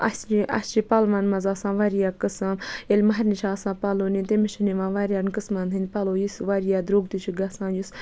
اَسہِ چھِ اَسہِ چھِ پَلوَن مَنٛز آسان واریاہ قٕسم ییٚلہِ مَہرنہِ چھُ آسان پَلو نِنۍ تٔمِس چھِ نِوان واریاہَن قٕسمَن ہندۍ پَلو یُس واریاہ دروگ تہِ چھُ گَژھان یُس